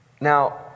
Now